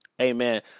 Amen